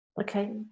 Okay